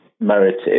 merited